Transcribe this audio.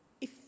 If